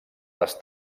les